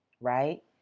Right